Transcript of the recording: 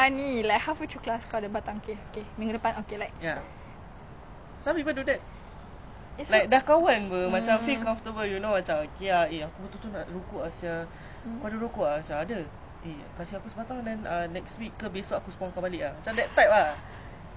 cause like my family is don't smoke like my parents tak smoke langsung then when I masuk poly then I'm like to me culture shock cause um none of my friends like close friends smoke but poly oh my god everybody whenever you turn somebody is smoking and like